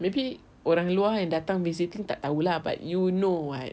maybe orang luar yang datang visiting tak tahu lah but you know [what]